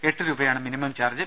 എട്ടു രൂപയാണ് minimum charge